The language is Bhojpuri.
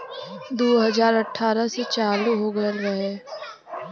दू हज़ार अठारह से चालू हो गएल रहे